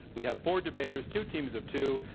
we have four debaters, two teams of two,